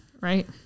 right